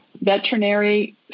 veterinary